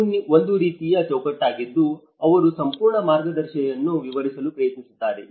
ಇದು ಒಂದು ರೀತಿಯ ಚೌಕಟ್ಟಾಗಿದ್ದು ಅವರು ಸಂಪೂರ್ಣ ಮಾರ್ಗದರ್ಶಿಯನ್ನು ವಿವರಿಸಲು ಪ್ರಯತ್ನಿಸುತ್ತಾರೆ